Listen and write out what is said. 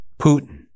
Putin